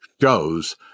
shows